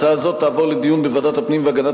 הצעה זו תעבור לדיון בוועדת הפנים והגנת